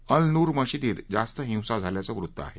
अल Noor मशिदीत जास्त हिंसा झाल्याचं वृत्त आहे